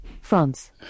France